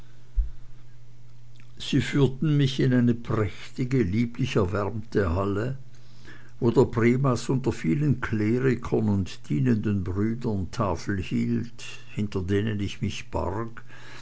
sie führten mich in eine prächtige lieblich erwärmte halle wo der primas unter vielen klerikern und dienenden brüdern tafel hielt hinter denen ich mich barg